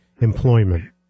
employment